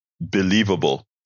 believable